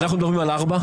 אנחנו מדברים על ארבעה?